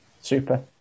Super